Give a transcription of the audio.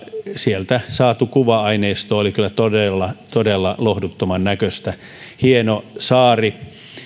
sieltä saatu kuva aineisto oli kyllä todella todella lohduttoman näköistä hieno saari